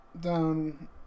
down